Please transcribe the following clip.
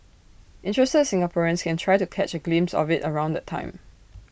interested Singaporeans can try to catch A glimpse of IT around that time